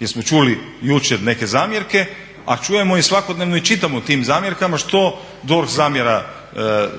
Jer smo čuli jučer neke zamjerke, a čujemo i svakodnevno i čitamo o tim zamjerkama što DORH zamjera